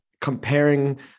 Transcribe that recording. comparing